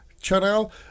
channel